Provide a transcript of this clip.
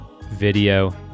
video